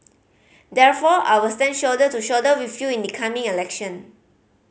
therefore I will stand shoulder to shoulder with you in the coming election